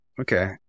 okay